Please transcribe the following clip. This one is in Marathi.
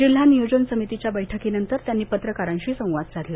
जिल्हा नियोजन समितीच्या बैठकीनंतर त्यांनी पत्रकारांशी संवाद साधला